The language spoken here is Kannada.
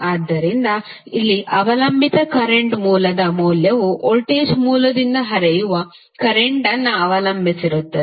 ಆದ್ದರಿಂದ ಇಲ್ಲಿ ಅವಲಂಬಿತ ಕರೆಂಟ್ ಮೂಲದ ಮೌಲ್ಯವು ವೋಲ್ಟೇಜ್ ಮೂಲದಿಂದ ಹರಿಯುವ ಕರೆಂಟ್ ಅನ್ನು ಅವಲಂಬಿಸಿರುತ್ತದೆ